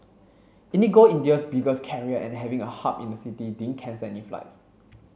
IndiGo India's biggest carrier and having a hub in the city didn't cancel any flights